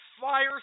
fire